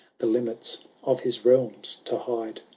the limits of his realms to hide.